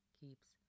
keeps